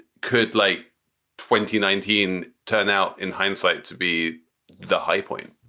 could like twenty, nineteen turn out in hindsight to be the high point?